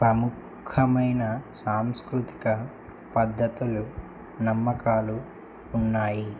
ప్రముఖమైన సాంస్కృతిక పద్ధతులు నమ్మకాలు ఉన్నాయి